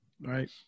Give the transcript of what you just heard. Right